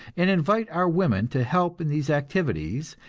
and invite our women to help in these activities,